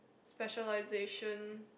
specialisation